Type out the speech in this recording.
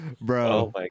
Bro